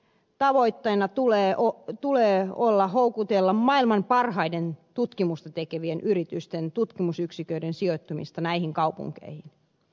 tavoitteena tulee olla houkutella maailman parhaiden tutkimusta tekevien yritysten tutkimusyksiköitä sijoittumaan näihin kaupunkeihin